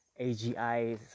AGI